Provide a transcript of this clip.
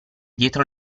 dietro